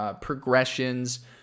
progressions